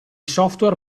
software